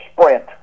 sprint